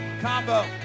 combo